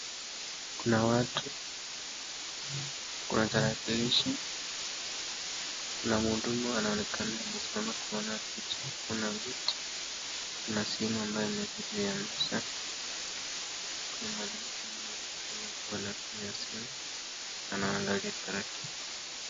Kuna watu, kuna tarakilishi, kuna mhudumu anaonekana amesimama kuona picha, kuna viti, kuna simu ambayo imewekwa juu ya meza, kuna mwanamke ambaye anafinya simu ndani anaondoa hiyo karatasi.